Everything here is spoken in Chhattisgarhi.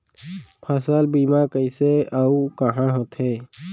फसल बीमा कइसे अऊ कहाँ होथे?